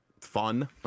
fun